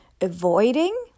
avoiding